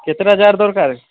କେତେଟା ଜାର୍ ଦରକାରେ